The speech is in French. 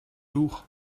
lourd